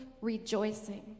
rejoicing